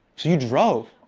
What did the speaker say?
you drove?